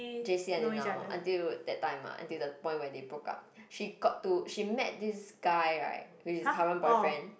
j_c until now until that time lah until the point where they broke she got to she met this guy right with current boyfriend